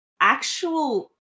actual